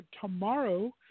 tomorrow